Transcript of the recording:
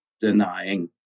denying